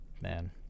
man